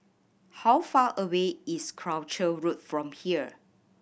how far away is Croucher Road from here